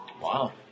Wow